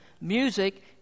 Music